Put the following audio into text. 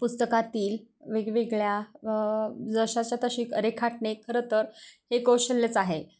पुस्तकातील वेगवेगळ्या जशाच्या तशी रेखाटणे खरं तर हे कौशल्यच आहे